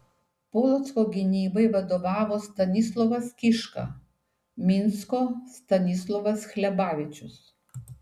polocko gynybai vadovavo stanislovas kiška minsko stanislovas hlebavičius